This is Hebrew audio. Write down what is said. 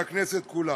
והכנסת כולה.